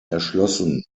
erschlossen